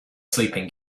sleeping